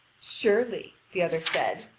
surely, the other said,